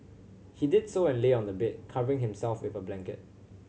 he did so and lay on the bed covering himself with a blanket